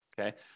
okay